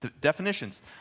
definitions